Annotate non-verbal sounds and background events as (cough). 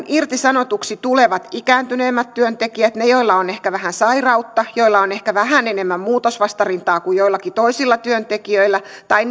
(unintelligible) irtisanotuksi tulevat ikääntyneemmät työntekijät ne joilla on ehkä vähän sairautta ne joilla on ehkä vähän enemmän muutosvastarintaa kuin joillakin toisilla työntekijöillä tai (unintelligible)